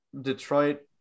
Detroit